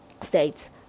states